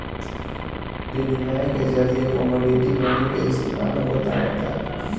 बिनिमय के जरिए कमोडिटी मनी के इस्तमाल होत आवता